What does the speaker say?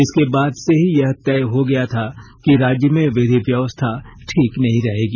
इसके बाद से ही यह तय हो गया था कि राज्य में विधि व्यवस्था ठीक नहीं रहेगी